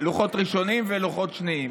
לוחות ראשונים ולוחות שניים.